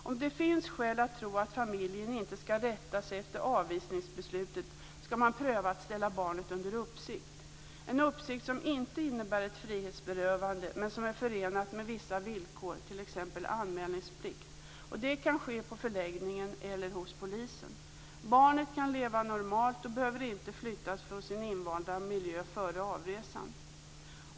Om det finns skäl att tro att familjen inte skall rätta sig efter avvisningsbeslutet skall man pröva att ställa barnet under uppsikt, en uppsikt som inte innebär ett frihetsberövande men som är förenat med vissa villkor, t.ex. anmälningsplikt. Det kan ske på förläggningen eller hos polisen. Barnet kan leva normalt och behöver inte flyttas från sin invanda miljö före avresan.